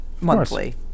monthly